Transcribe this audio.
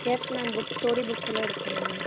yes ma'am book story புக்ஸ்ஸெல்லாம் எடுக்கணும் ma'am